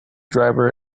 driver